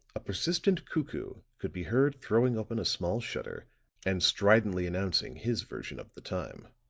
a persistent cuckoo could be heard throwing open a small shutter and stridently announcing his version of the time.